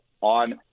on